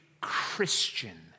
Christian